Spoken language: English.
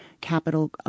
capital